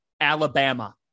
Alabama